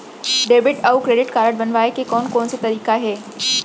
Debit अऊ credit card बनवाए के कोन कोन से तरीका हे?